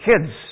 kids